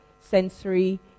sensory